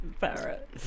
parrot